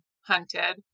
hunted